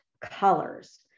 colors